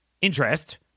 interest